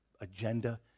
agenda